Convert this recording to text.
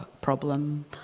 problem